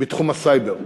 בתחום הסייבר.